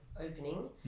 opening